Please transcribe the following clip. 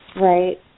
Right